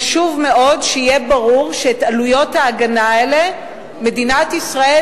חשוב מאוד שיהיה ברור שאת עלויות ההגנה האלה מדינת ישראל